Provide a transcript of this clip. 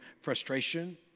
frustration